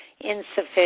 insufficient